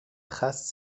traces